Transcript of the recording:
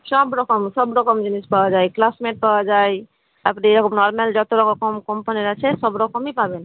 সব রকম সব রকম জিনিস পাওয়া যায় ক্লাসমেট পাওয়া যায় তারপরে আপনার নরলাম যতো রকম কম্পানির আছে সব রকমই পাবেন